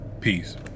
Peace